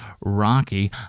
Rocky